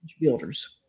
builders